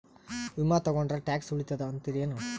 ವಿಮಾ ತೊಗೊಂಡ್ರ ಟ್ಯಾಕ್ಸ ಉಳಿತದ ಅಂತಿರೇನು?